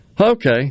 okay